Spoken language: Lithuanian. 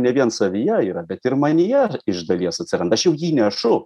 ne vien savyje yra bet ir manyje iš dalies atsiranda aš jau jį nešu